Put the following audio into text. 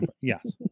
Yes